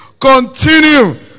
continue